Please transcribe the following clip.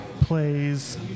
plays